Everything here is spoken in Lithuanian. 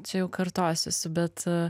čia jau kartosis bet